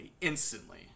instantly